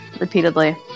repeatedly